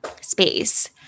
space